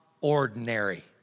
ordinary